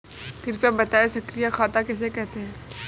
कृपया बताएँ सक्रिय खाता किसे कहते हैं?